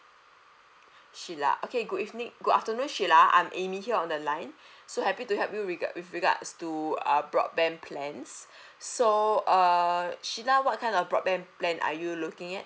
sheila okay good evening good afternoon sheila I'm amy here on the line so happy to help you regard with regards to uh broadband plans so uh sheila what kind of broadband plan are you looking at